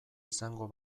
izango